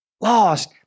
lost